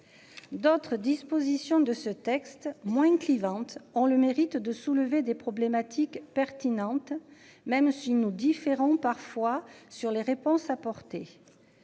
D'autres dispositions de ce texte moins clivante ont le mérite de soulever des problématiques pertinente. Même si nos différents parfois sur les réponses apportées.